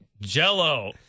Jell-O